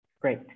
Great